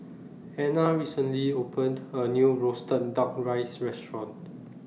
Ena recently opened A New Roasted Duck Rice Restaurant